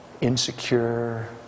insecure